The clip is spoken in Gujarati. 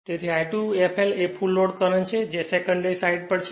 તેથી I2 fl એ ફુલ લોડ કરંટ છે જે સેકન્ડરી સાઈડ પર છે